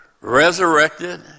resurrected